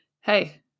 hey